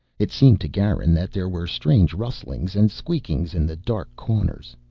it seemed to garin that there were strange rustlings and squeakings in the dark corners.